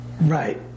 Right